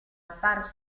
apparso